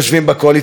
אין כאן ספק.